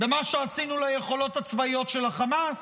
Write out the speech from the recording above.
במה שעשינו ליכולות הצבאיות של החמאס.